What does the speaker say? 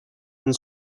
and